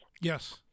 Yes